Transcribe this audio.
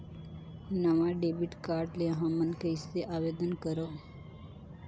नवा debit card ले हमन कइसे आवेदन करंव?